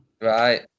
Right